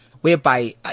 Whereby